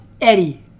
Eddie